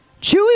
Chewy